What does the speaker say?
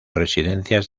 residencias